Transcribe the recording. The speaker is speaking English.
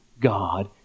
God